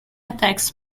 attacks